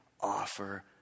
offer